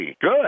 Good